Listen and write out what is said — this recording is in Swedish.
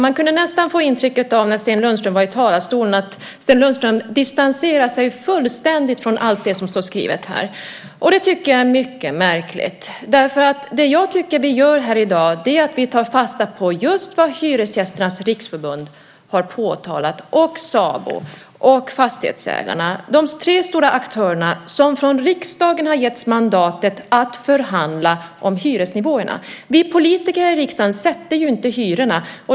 Man kunde nästan få intrycket när Sten Lundström stod i talarstolen att Sten Lundström distanserar sig fullständigt från allt det som står skrivet här. Det tycker jag är mycket märkligt, därför att det jag tycker att vi gör här i dag är att vi tar fasta på just det som Hyresgästernas riksförbund, SABO och Fastighetsägarna har påtalat. Det är de tre stora aktörerna som av riksdagen har getts mandatet att förhandla om hyresnivåerna. Vi politiker här i riksdagen sätter ju inte hyrorna.